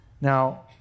Now